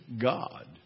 God